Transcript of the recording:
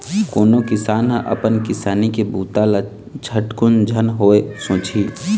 कोन किसान ह अपन किसानी के बूता ल झटकुन झन होवय सोचही